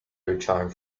returned